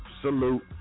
salute